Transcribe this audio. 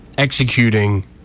executing